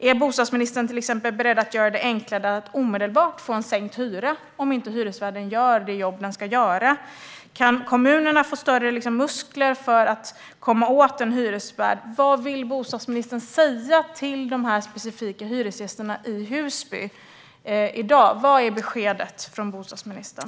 Är bostadsministern till exempel beredd att göra det enklare att omedelbart få sänkt hyra om inte hyresvärden gör det jobb den ska göra? Kan kommunerna få större muskler för att komma åt en hyresvärd? Vad vill bostadsministern säga till de här specifika hyresgästerna i Husby i dag? Vad är beskedet från bostadsministern?